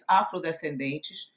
afrodescendentes